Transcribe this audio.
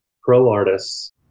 pro-artists